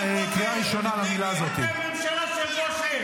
כולם אשמים, רק לא אתם --- משפחות הפשע.